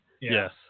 Yes